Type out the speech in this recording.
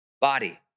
body